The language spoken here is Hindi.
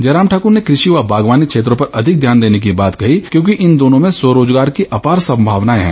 जयराम ठाकुर ने कृषि व बागवानी क्षेत्रों पर अधिक ध्यान देने की बात कही क्योंकि इन दोनों में स्वरोजगार की अपार सम्भावनाएं है